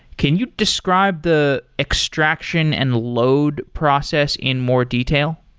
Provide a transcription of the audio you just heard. can you describe the extraction and load process in more detail?